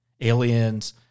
Aliens